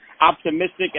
optimistic